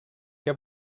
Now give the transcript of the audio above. què